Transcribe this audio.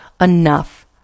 enough